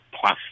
plus